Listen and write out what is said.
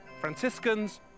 Franciscans